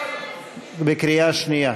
לא נתקבלה.